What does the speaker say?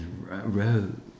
Road